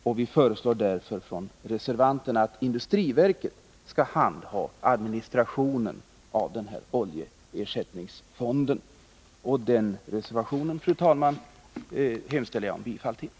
Det föreslås därför av reservanterna att industriverket skall handha administrationen av den föreslagna oljeersättningsfonden. Jag hemställer, fru talman, om bifall till den reservationen.